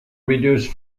reduce